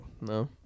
No